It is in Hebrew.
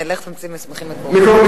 כן, לך תמציא מסמכים מקוריים.